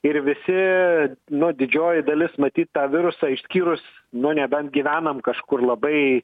ir visi na didžioji dalis matyt tą virusą išskyrus nu nebent gyvenam kažkur labai